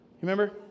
Remember